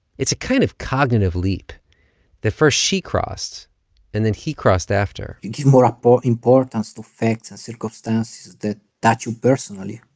it's a kind of cognitive leap that first she crossed and then he crossed after you give more ah more importance to facts and circumstances that touch you personally